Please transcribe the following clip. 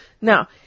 now